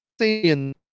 seeing